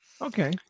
Okay